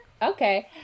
Okay